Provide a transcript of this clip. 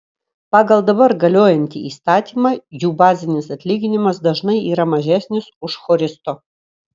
pagal dabar galiojantį įstatymą jų bazinis atlyginimas dažnai yra mažesnis už choristo